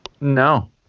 No